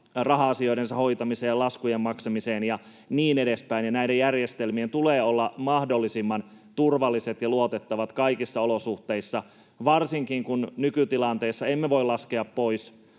raha-asioidensa hoitamiseen ja laskujen maksamiseen ja niin edespäin. Näiden järjestelmien tulee olla mahdollisimman turvalliset ja luotettavat kaikissa olosuhteissa. Varsinkaan kun nykytilanteessa emme voi laskea pois